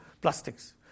plastics